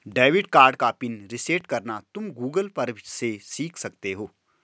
debit card का PIN reset करना तुम गूगल पर से सीख सकते हो